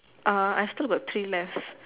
uh I still got three left